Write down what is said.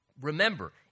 Remember